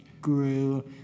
grew